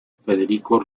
federico